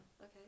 Okay